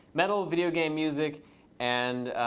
metal videogame music and